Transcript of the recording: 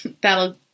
That'll